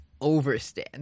overstand